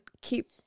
keep